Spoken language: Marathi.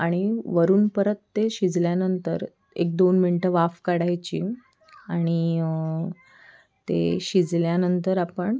आणि वरून परत ते शिजल्यानंतर एक दोन मिनटं वाफ काढायची आणि ते शिजल्यानंतर आपण